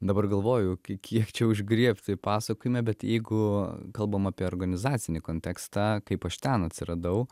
dabar galvoju iki kiek čia užgriebti pasakojime bet jeigu kalbam apie organizacinį kontekstą kaip aš ten atsiradau